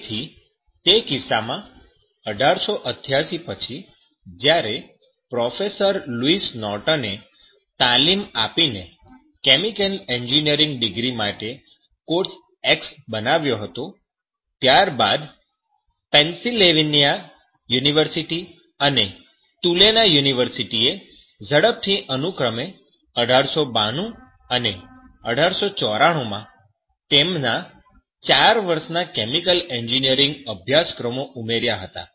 તેથી તે કિસ્સામાં 1888 પછી જ્યારે પ્રોફેસર લુઈસ નોર્ટને તાલીમ આપીને કેમિકલ એન્જિનિયરિંગ ડિગ્રી માટે કોર્સ X બનાવ્યો હતો ત્યારબાદ પેન્સિલ્વેનીયા યુનિવર્સિટી અને તુલાને યુનિવર્સિટીએ ઝડપથી અનુક્રમે 1892 અને 1894 માં તેમના 4 વર્ષના કેમિકલ એન્જિનિયરિંગ અભ્યાસક્રમો ઉમેર્યા હતા